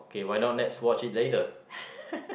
K why not let's watch it later